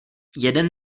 jeden